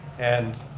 and